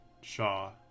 Shaw